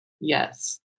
Yes